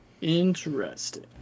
interesting